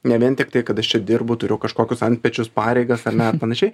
ne vien tiktai kad aš čia dirbu turiu kažkokius antpečius pareigas ar ar panašiai